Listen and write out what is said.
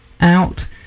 out